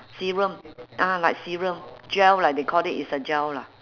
serum ah like serum gel lah they called it it's a gel lah